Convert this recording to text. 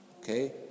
Okay